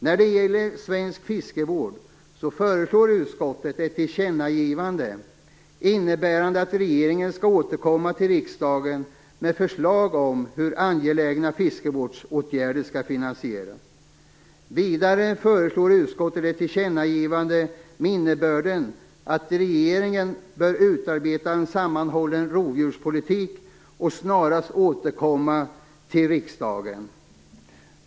När det gäller svensk fiskevård föreslår utskottet ett tillkännagivande innebärande att regeringen skall återkomma till riksdagen med förslag om hur angelägna fiskevårdsåtgärder skall finansieras. Vidare föreslår utskottet ett tillkännagivande med innebörden att regeringen bör utarbeta en sammanhållen rovdjurspolitik och snarast återkomma till riksdagen.